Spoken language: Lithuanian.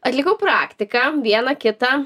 atlikau praktiką vieną kitą